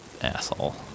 Asshole